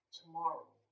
tomorrow